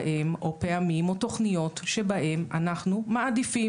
או פעמים או תוכניות שבהם אנחנו מעדיפים